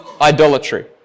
idolatry